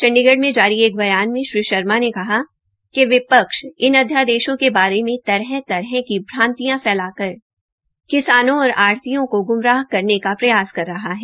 चंडीगढ़ में जारी एक बयान में श्री शर्मा ने कहा कि विपक्ष इन अध्यादेशों के बारे में तरह तरह की भ्रान्तियां फैलाकर किसानों और आढ़तियों को ग्मराह करने का प्रयास कर रहा है